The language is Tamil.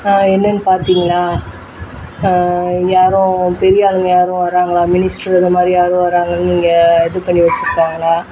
என்னென்னு பார்த்தீங்களா யாரும் பெரியாளுங்கள் யாரும் வர்றாங்களா மினிஸ்ட்ரு இது மாதிரி யாரும் வர்றாங்கனு இங்கே இதுபண்ணி வச்சுருக்காங்களா